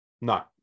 No